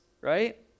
right